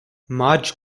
marge